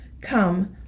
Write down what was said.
Come